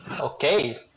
okay